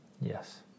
yes